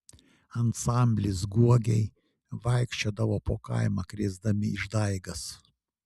ansamblis guogiai vaikščiodavo po kaimą krėsdami išdaigas